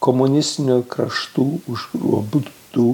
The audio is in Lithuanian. komunistinių kraštų užgrobtų